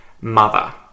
mother